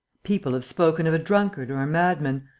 people have spoken of a drunkard or a madman,